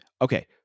Okay